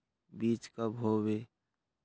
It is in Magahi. बीज कब होबे?